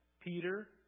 Peter